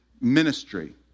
ministry